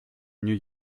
new